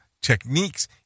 techniques